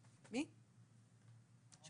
אני